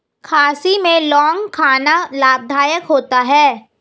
खांसी में लौंग खाना लाभदायक होता है